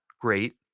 great